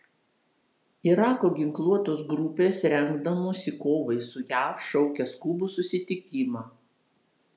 irako ginkluotos grupės rengdamosi kovai su jav šaukia skubų susitikimą